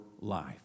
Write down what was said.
life